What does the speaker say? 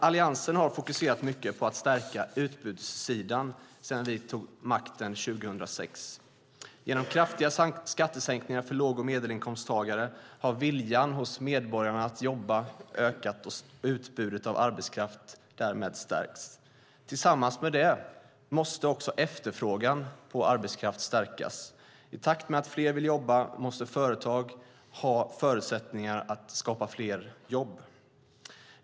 Alliansen har fokuserat mycket på att stärka utbudssidan sedan vi tog makten 2006. Genom kraftiga skattesänkningar för låg och medelinkomsttagare har viljan hos medborgarna att jobba ökat och utbudet av arbetskraft därmed stärkts. Tillsammans med det måste också efterfrågan på arbetskraft stärkas. I takt med att fler vill jobba måste företag ha förutsättningar att skapa fler jobb.